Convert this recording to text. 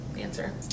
answer